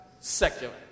secular